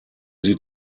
sie